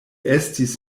estis